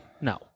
No